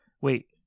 Wait